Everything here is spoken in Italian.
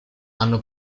hanno